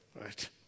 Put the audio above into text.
right